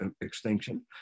extinction